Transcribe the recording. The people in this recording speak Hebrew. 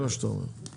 זה מה שאתה אומר.